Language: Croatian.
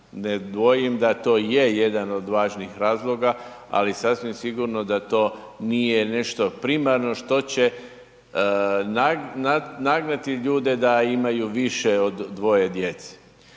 Ne dvojim da to je jedan od važnih razloga ali sasvim sigurno da to nije nešto primarno što će nagnuti ljude da imaju više od dvoje djece